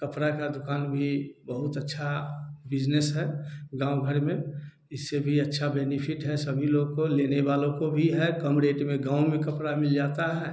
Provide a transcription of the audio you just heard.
कपड़ा का दुकान भी बहुत अच्छा बिजनेस है गाँव भर में इससे भी अच्छा बेनिफिट है सभी लोग को लेने लेने वालों को भी है कम रेट में गाँव में कपड़ा मिल जाता है